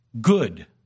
good